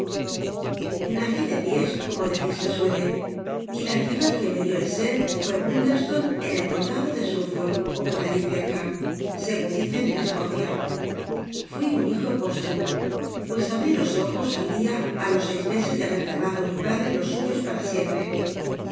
nac de piés como decirsc suele y la cinclad que me lió el se r fué ti iunderstonc en el rondado ele sull'olk ó pot allí cerca segun dicen en escocia fui un hijo püstumo pues abrí lo ojos al dia á los seis ntc es de habct cenado mi padre los suyos para sicmpr